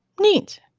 Neat